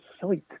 sight